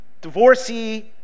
divorcee